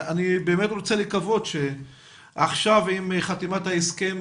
אני באמת רוצה לקוות שעכשיו עם חתימת ההסכם